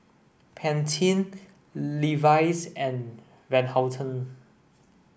Pantene Levi's and Van Houten